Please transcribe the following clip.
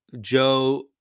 joe